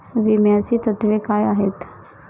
विम्याची तत्वे काय आहेत?